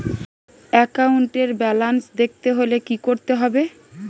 একাউন্টের ব্যালান্স দেখতে হলে কি করতে হবে?